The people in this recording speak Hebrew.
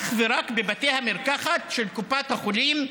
אך ורק לבתי המרקחת של קופת החולים,